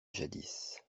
jadis